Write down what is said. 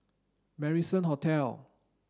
Marrison Hotel